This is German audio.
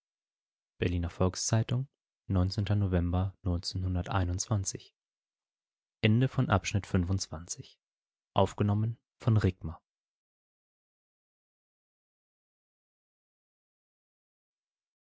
berliner volks-zeitung november